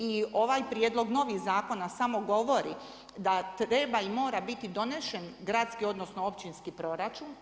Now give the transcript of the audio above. I ovaj prijedlog novi zakona samo govori da treba i mora biti donesen gradski odnosno općinski proračun.